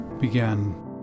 began